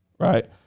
Right